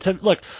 look